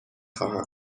خواهم